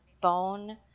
bone